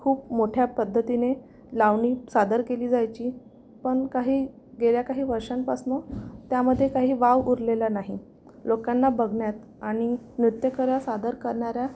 खूप मोठ्या पद्धतीने लावणी सादर केली जायची पण काही गेल्या काही वर्षांपासनं त्यामध्ये काही वाव उरलेला नाही लोकांना बघण्यात आणि नृत्य कला सादर करणाऱ्या